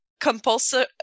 compulsory